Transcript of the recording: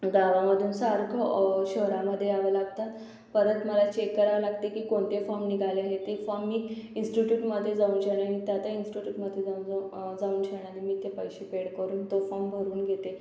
गावामधून सारखं शहरामध्ये यावं लागतं परत मला चेक करावं लागते की कोणते फॉम निघाले आहेत ते फॉम मी इन्स्टिट्यूटमध्ये जाऊन शन्यानी त्या त्या इन्स्टिट्यूटमध्ये जाऊ जाऊन शन्यानी मी ते पैसे पेड करून तो फॉर्म भरून देते